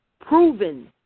proven